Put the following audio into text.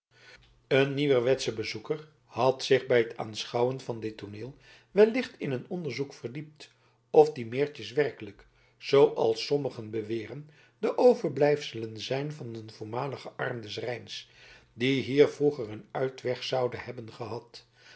een nieuwerwetsche bezoeker had zich bij het aanschouwen van dit tooneel wellicht in een onderzoek verdiept of die meertjes werkelijk zooals sommigen beweren de overblijfselen zijn van een voormaligen arm des rijns die hier vroeger een uitweg zoude hebben gehad